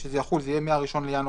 התקופה שמיום י"ז בטבת התשפ"א (1 בינואר